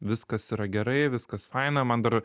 viskas yra gerai viskas faina man dar